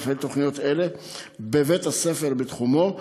מפעיל תוכניות אלה בבתי-הספר בתחומו,